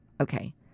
Okay